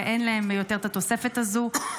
ואין להם את התוספת הזו יותר.